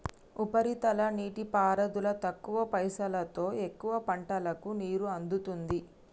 ఉపరితల నీటిపారుదల తక్కువ పైసలోతో ఎక్కువ పంటలకు నీరు అందుతుంది